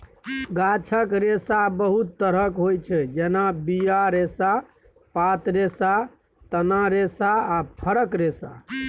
गाछक रेशा बहुत तरहक होइ छै जेना बीया रेशा, पात रेशा, तना रेशा आ फरक रेशा